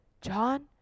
John